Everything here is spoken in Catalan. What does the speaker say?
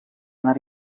anar